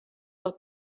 pel